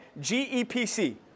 G-E-P-C